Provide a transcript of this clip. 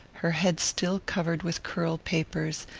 her head still covered with curl-papers,